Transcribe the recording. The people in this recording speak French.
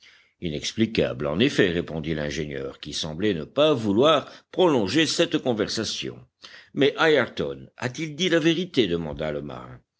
inexplicable en effet répondit l'ingénieur qui semblait ne pas vouloir prolonger cette conversation mais ayrton a-t-il dit la vérité demanda le marin